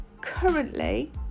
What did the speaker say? currently